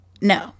No